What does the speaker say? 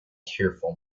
tearful